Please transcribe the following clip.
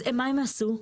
מה עושים להם?